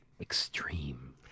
Extreme